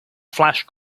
flash